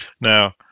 Now